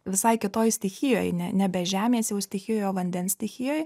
visai kitoj stichijoj ne nebe žemės stichijoj vandens stichijoj